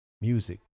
music